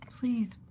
Please